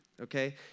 okay